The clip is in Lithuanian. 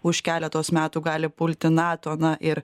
už keletos metų gali pulti nato na ir